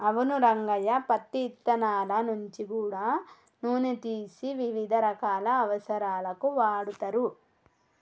అవును రంగయ్య పత్తి ఇత్తనాల నుంచి గూడా నూనె తీసి వివిధ రకాల అవసరాలకు వాడుతరు